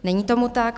Není tomu tak.